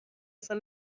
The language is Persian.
اصلا